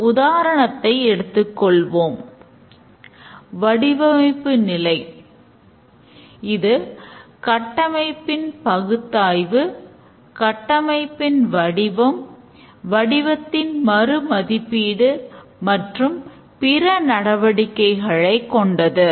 ஒரு உதாரணத்தை எடுத்துக் கொள்வோம் வடிவமைப்பு நிலை இது கட்டமைப்பின் பகுத்தாய்வு கட்டமைப்பின் வடிவம் வடிவத்தின் மறு மதிப்பீடு மற்றும் பிற நடவடிக்கைகளைக் கொண்டது